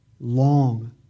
long